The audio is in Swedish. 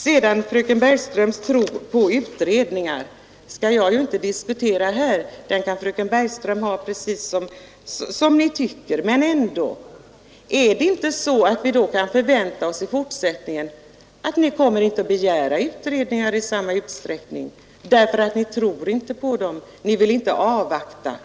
Jag skall inte här diskutera fröken Bergströms tro på utredningar. Men är det då ändå inte så att vi i fortsättningen kan förvänta att ni inte kommer att begära utredningar i samma utsträckning som tidigare, eftersom ni inte tror på dem och inte vill avvakta resultatet av dem?